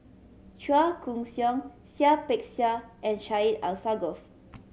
Chua Koon Siong Seah Peck Seah and Syed Alsagoff